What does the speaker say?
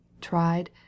tried